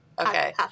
Okay